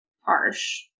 harsh